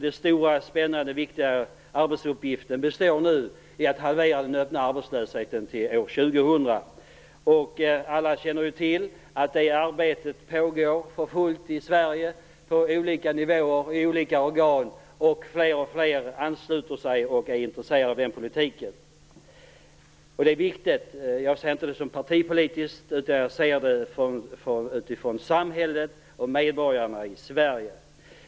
Den stora, spännande och viktiga arbetsuppgiften består nu i att halvera den öppna arbetslösheten till år 2000. Alla känner ju till att det arbetet pågår för fullt i Sverige - på olika nivåer, i olika organ - och fler och fler ansluter sig och är intresserade av den politiken. Det är viktigt, inte från partipolitisk synpunkt utan från samhällets och medborgarnas synpunkt.